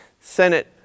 Senate